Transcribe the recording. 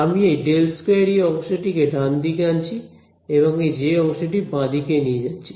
আমি এই ∇2 E অংশটি ডানদিকে আনছি এবং এই জে অংশটি বাঁ দিকে নিয়ে যাচ্ছি